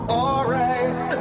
alright